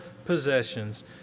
possessions